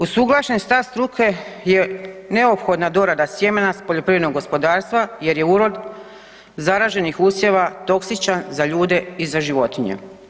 Usuglašen stav struke je neophodna dorada sjemena s poljoprivrednog gospodarstva jer je urod zaraženih usjeva toksičan za ljude i za životinje.